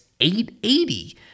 880